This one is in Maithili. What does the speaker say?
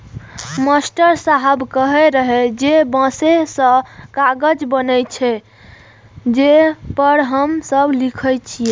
मास्टर साहेब कहै रहै जे बांसे सं कागज बनै छै, जे पर हम सब लिखै छियै